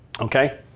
okay